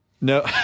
No